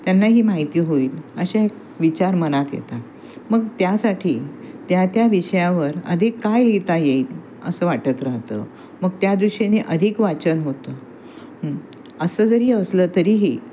त्यांनाही माहिती होईल अशा एक विचार मनात येतात मग त्यासाठी त्या त्या विषयावर अधिक काय लिहिता येईल असं वाटत राहतं मग त्या दृष्टिने अधिक वाचन होतं असं जरी असलं तरीही